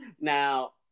now